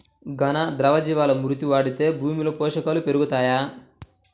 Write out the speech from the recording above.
ఘన, ద్రవ జీవా మృతి వాడితే భూమిలో పోషకాలు పెరుగుతాయా?